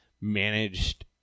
managed